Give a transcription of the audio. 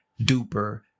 duper